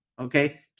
Okay